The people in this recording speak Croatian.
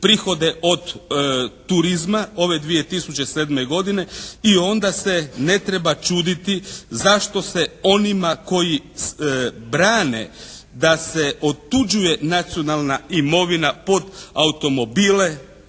prihode od turizma ove 2007. godine i onda se ne treba čuditi zašto se onima koji brane da se otuđuje nacionalna imovina pod automobile